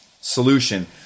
solution